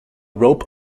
rope